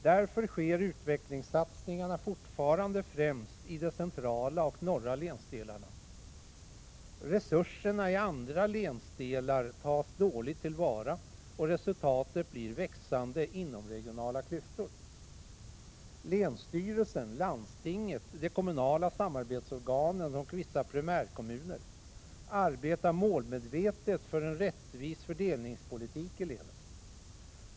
Därför sker utvecklingssatsningarna fortfarande främst i de centrala och norra länsdelarna. Resurserna i andra länsdelar tas dåligt till vara, och resultatet blir växande inomregionala klyftor. Länsstyrelsen, landstinget, de kommunala samarbetsorganen och vissa primärkommuner arbetar målmedvetet för en rättvis fördelningspolitik i länet.